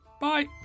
Bye